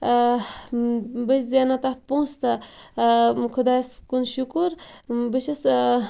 بہٕ چھَس زینان تتھ پونٛسہٕ تہِ خۄدایَس کُن شُکُر بہٕ چھَس